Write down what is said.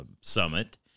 summit